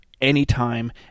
anytime